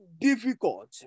difficult